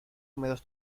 húmedos